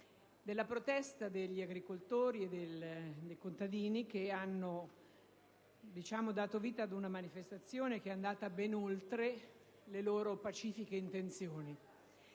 sulla protesta degli agricoltori e dei contadini che hanno dato vita ad una manifestazione che è andata ben oltre le loro pacifiche intenzioni.